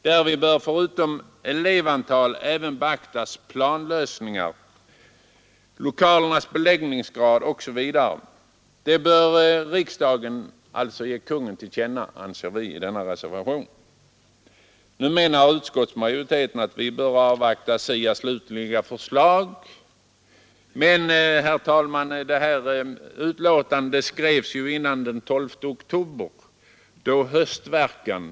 Därvid bör förutom elevantalet även beaktas planlösning, lokalernas beläggningsgrad osv. Vi yrkar i reservationen att riksdagen skall ge Kungl. Maj:t detta till känna. Utskottsmajoriteten menar att vi bör avvakta SIA:s slutliga förslag. Men detta betänkande skrevs före den 12 oktober, då ”höstverkarn” kom.